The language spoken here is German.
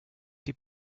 die